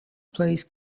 plays